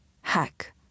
hack